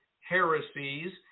heresies